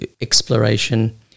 exploration